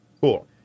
Cool